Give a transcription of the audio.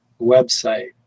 website